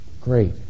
Great